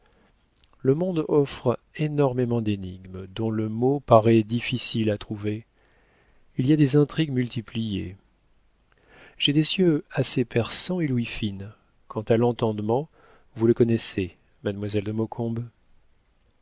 le monde offre énormément d'énigmes dont le mot paraît difficile à trouver il y a des intrigues multipliées j'ai des yeux assez perçants et l'ouïe fine quant à l'entendement vous le connaissez mademoiselle de maucombe